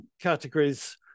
categories